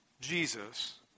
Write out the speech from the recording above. Jesus